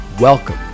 Welcome